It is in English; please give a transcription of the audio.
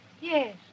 Yes